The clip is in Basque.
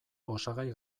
osagai